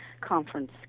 conference